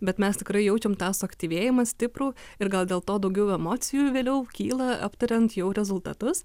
bet mes tikrai jaučiam tą suaktyvėjimą stiprų ir gal dėl to daugiau emocijų vėliau kyla aptariant jau rezultatus